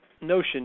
notion